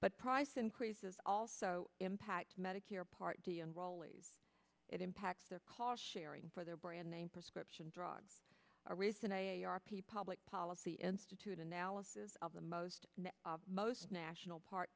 but price increases also impact medicare part d and raleigh's it impacts their cost sharing for their brand name prescription drugs a recent a a r p public policy institute analysis of the most most national par